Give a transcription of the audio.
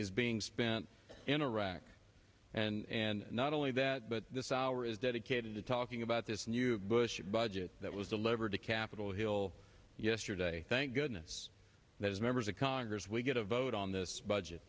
is being spent in iraq and not only that but this hour is dedicated to talking about this new bush budget that was delivered to capitol hill yesterday thank goodness that is members of congress we get a vote on this budget